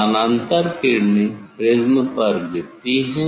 समानांतर किरणें प्रिज़्म पर गिरती है